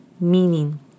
meaning